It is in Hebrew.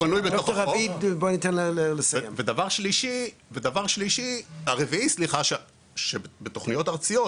דבר רביעי, בתוכניות ארציות